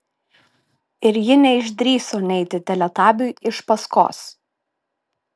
ir ji neišdrįso neiti teletabiui iš paskos